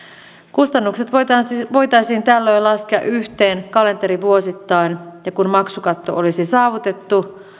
kustannukset voitaisiin voitaisiin tällöin laskea yhteen kalenterivuosittain ja kun maksukatto olisi saavutettu